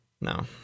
No